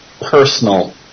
personal